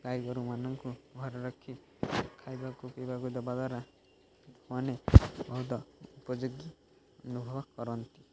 ଗାଈ ଗୋରୁମାନଙ୍କୁ ଘରେ ରଖି ଖାଇବାକୁ ପିଇବାକୁ ଦେବା ଦ୍ୱାରା ଲୋକମାନେ ବହୁତ ଉପଯୋଗୀ ଅନୁଭବ କରନ୍ତି